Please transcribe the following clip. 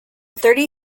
thirty